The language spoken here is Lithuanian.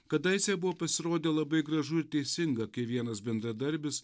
kadaise buvo pasirodę labai gražu teisinga kai vienas bendradarbis